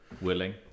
willing